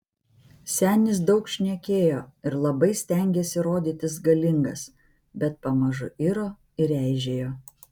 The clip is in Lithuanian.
senis daug šnekėjo ir labai stengėsi rodytis galingas bet pamažu iro ir eižėjo